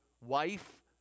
wife